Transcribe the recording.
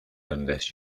unless